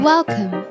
Welcome